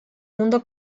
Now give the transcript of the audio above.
mundo